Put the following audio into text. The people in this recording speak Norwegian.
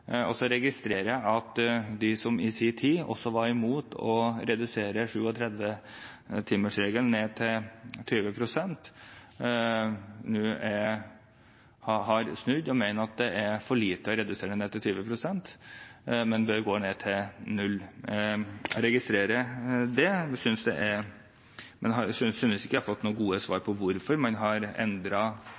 Så registrerer jeg at de som i sin tid også var imot å redusere 37-timersregelen ned til 20 pst., nå har snudd og mener det er for lite å redusere ned til 20 pst., og at det bør gå ned til null. Jeg registrerer det, men synes ikke jeg har fått noen gode svar på hvorfor man har